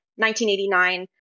1989